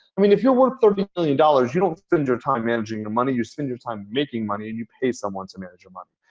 i mean, if you're worth thirty million dollars, you don't spend your time managing your money. you spend your time making money and you pay someone to manage your money.